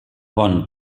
bon